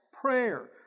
prayer